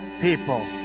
people